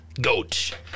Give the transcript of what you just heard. Goat